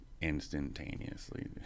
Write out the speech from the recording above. instantaneously